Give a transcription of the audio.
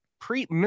pre